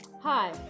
Hi